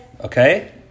okay